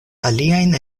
aliajn